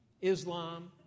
Islam